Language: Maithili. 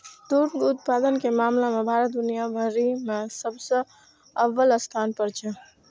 दुग्ध उत्पादन के मामला मे भारत दुनिया भरि मे सबसं अव्वल स्थान पर छै